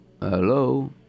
Hello